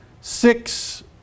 six